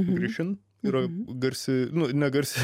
grišin yra garsi ne garsi